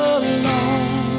alone